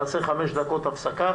נעצור את הדיון לצורך כך,